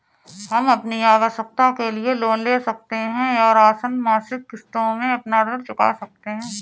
हम अपनी आवश्कता के लिए लोन ले सकते है और आसन मासिक किश्तों में अपना ऋण चुका सकते है